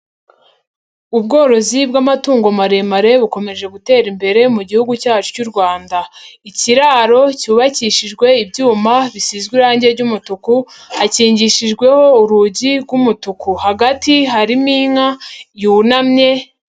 Ubworozi bw'amatungo maremare bukomeje gutera imbere mu gihugu cyacu cy'u Rwanda. Ikiraro cyubakishijwe ibyuma bisizwe irange ry'umutuku, hakingishijweho urugi rw'umutuku. Hagati harimo inka yunamye.